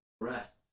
Rest